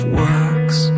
works